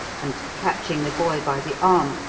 and, catching the boy by the arm,